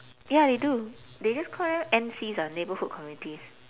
ya they do they just call them N_Cs ah neighbourhood communities